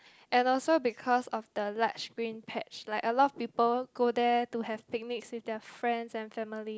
and also because of the large screen patch like a lot people go there to have a picnic with their friends and family